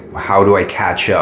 how do i catch up?